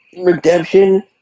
redemption